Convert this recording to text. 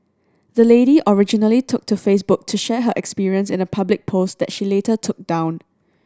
the lady originally took to Facebook to share her experience in a public post that she later took down